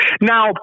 now